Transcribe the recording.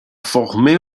formés